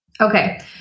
Okay